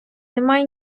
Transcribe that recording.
немає